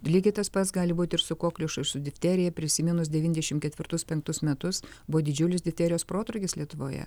lygiai tas pats gali būt ir su kokliušu ir su difterija prisiminus devyniasdešim ketvirtus penktus metus buvo didžiulis difterijos protrūkis lietuvoje